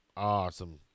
Awesome